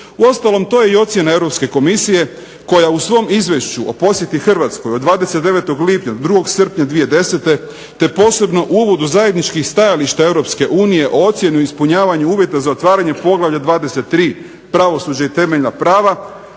Uostalom, to je i ocjena Europske komisije koja u svom izvješću o posjeti Hrvatskoj od 29. lipnja do 2. srpnja 2010. te posebno u uvodu zajedničkih stajališta Europske unije o ocjeni i ispunjavanju uvjeta za otvaranje poglavlja 23. – Pravosuđe i temeljna prava